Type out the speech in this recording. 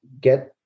get